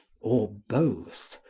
or both,